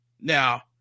Now